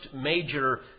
major